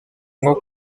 nko